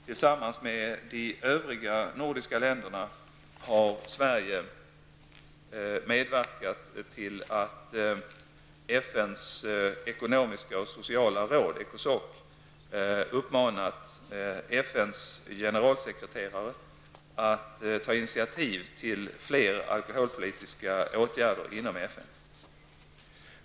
Tillsammans med de övriga nordiska länderna har Sverige medverkat till att uppmanat FNs generalsekreterare att ta initiativ till fler alkoholpolitiska åtgärder inom FN.